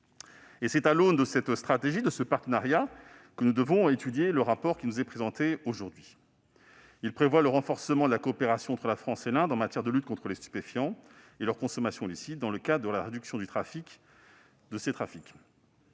C'est à l'aune de cette stratégie et de ce partenariat que nous devons étudier le texte qui nous est présenté aujourd'hui. Celui-ci prévoit le renforcement de la coopération entre la France et l'Inde en matière de lutte contre les stupéfiants et leur consommation illicite dans le cadre de la réduction de ces trafics.